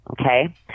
okay